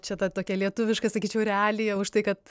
čia ta tokia lietuviška sakyčiau realija už tai kad